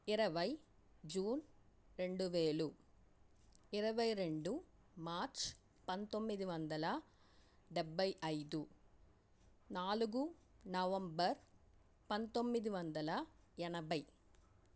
ఇరవై జూన్ రెండు వేలు ఇరవై రెండు మార్చ్ పంతొమ్మిది వందల డెబ్భై అయిదు నాలుగు నవంబర్ పంతొమ్మిది వందల ఎనభై